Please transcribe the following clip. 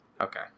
okay